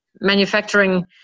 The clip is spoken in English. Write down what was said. manufacturing